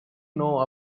know